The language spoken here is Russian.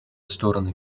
стороны